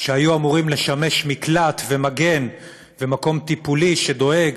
שהיו אמורים לשמש מקלט ומגן ומקום טיפולי שדואג